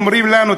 אומרים לנו,